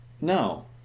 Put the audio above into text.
no